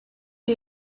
die